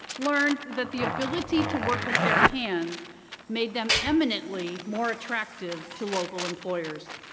learned that the ability to work with their hands made them imminently more attractive to local employers.